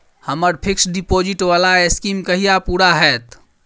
हम्मर fixed deposit वला scheme कहिया पूरा हैत?